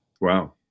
Wow